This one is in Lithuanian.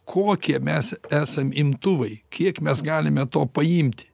kokie mes esam imtuvai kiek mes galime to paimti